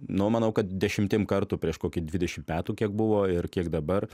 nu manau kad dešimtim kartų prieš kokį dvidešimt metų kiek buvo ir kiek dabar